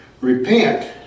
Repent